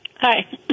Hi